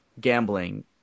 gambling